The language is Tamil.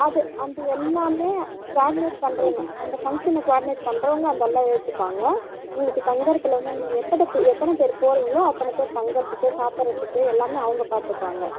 அது அது எல்லாமே குவார்டினேட் பண்ணுறவங்க அந்த ஃபங்க்ஷனை குவார்டினேட் பண்ணுறவங்க அதெல்லாம் ஏற்றுப்பாங்க உங்களுக்கு தங்குகறதுலேருந்து நீங்கள் எத்தட எத்தனை பேர் போகிறீங்களோ அத்தனை பேருக்கு தங்குகறதுக்கு சாப்பிறத்துக்கு எல்லாமே அவங்க பார்த்துப்பாங்க